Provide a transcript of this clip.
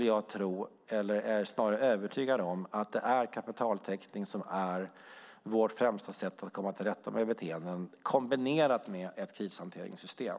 Jag är övertygad om att kapitaltäckning är vårt främsta sätt att komma till rätta med beteenden, kombinerat med ett krishanteringssystem.